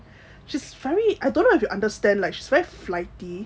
she's very I don't know if you understand like she's very flighty